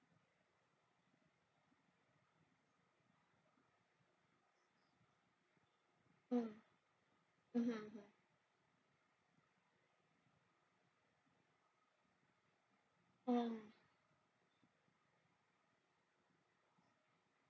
mm mmhmm mm